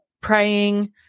praying